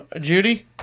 Judy